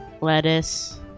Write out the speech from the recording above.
lettuce